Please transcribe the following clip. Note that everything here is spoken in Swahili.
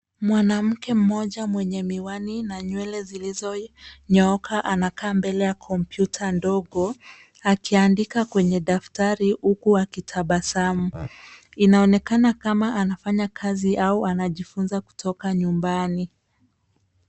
Mwanamke mmoja mwenye miwani na nywele zilizonyooka anakaa mbele ya kompyuta ndogo akiandika kwenye daftari huku akitabasamu. Inaonekana kama anafanya kazi au anajifunza kutoka nyumbani.